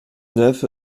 neuf